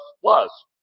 plus